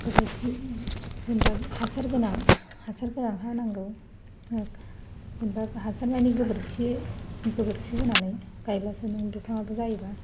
गोबोरखि जेनेबा हासार गोनां हा नांगौ दा हासार माने गोबोरखि होनानै गायब्लासो बिफाङाबो जायोबा